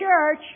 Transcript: church